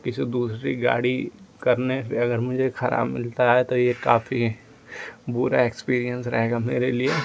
किसी दूसरी गाड़ी करने की अगर मुझे खराब मिलता है तो ये काफी बुरा एक्सपीरियंस रहेगा मेरे लिए